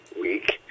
week